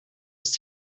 ist